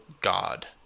god